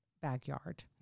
backyard